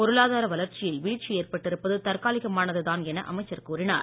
பொருளாதார வளர்ச்சியில் வீழ்ச்சி ஏற்பட்டிருப்பது தற்காலிகமானது தான் என அமைச்சர் கூறினார்